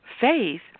faith